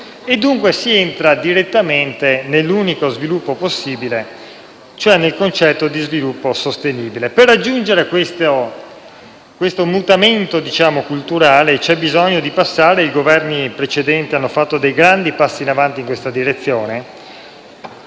Dunque, si entra direttamente nell'unico sviluppo possibile, e cioè nel concetto di sviluppo sostenibile. Per raggiungere questo mutamento culturale c'è bisogno di passare - e i Governi precedenti hanno fatto grandi passi avanti in questa direzione